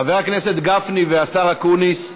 חבר הכנסת גפני והשר אקוניס,